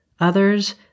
others